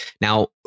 Now